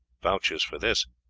vouches for this.